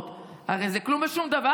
הרי זה כלום ושום דבר,